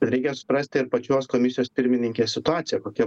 reikia suprasti ir pačios komisijos pirmininkės situaciją kokia